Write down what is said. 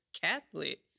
Catholic